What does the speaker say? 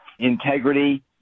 Integrity